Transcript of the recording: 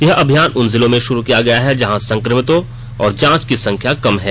यह अभियान उन जिलों में शुरू किया गया है जहां संक्रमितों और जांच की संख्या कम है